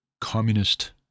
communist